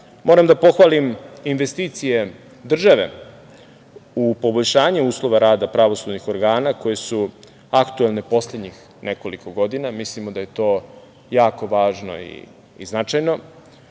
Moram da pohvalim investicije države u poboljšanju uslova rada pravosudnih organa koje su aktuelne poslednjih nekoliko godina, mislimo da je to jako važno i značajno. Oblast